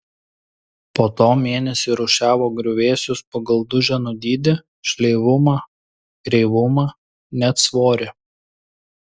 po to mėnesį rūšiavo griuvėsius pagal duženų dydį šleivumą kreivumą net svorį